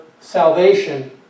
salvation